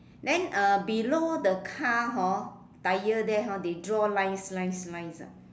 then uh below the car hor tyre there hor they draw lines lines lines ah